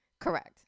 Correct